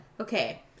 okay